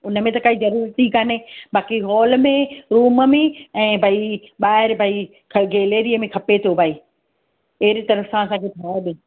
हुन में त काई ज़रूरत ई कान्हे बाक़ी हॉल में रूम में ऐं भई ॿाहिरि भई गेलेरिय में खपे थो भई अहिड़ी तरह सां असांखे ठाहे ॾियो